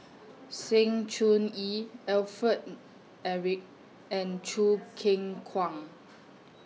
Sng Choon Yee Alfred Eric and Choo Keng Kwang